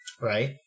right